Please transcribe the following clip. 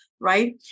right